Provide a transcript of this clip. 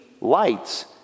lights